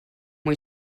muy